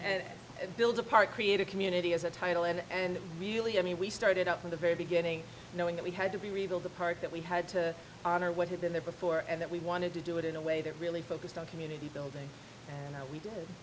and build a part create a community as a title and really i mean we started out from the very beginning knowing that we had to be rebuild the park that we had to honor what had been there before and that we wanted to do it in a way that really focused on community building and we did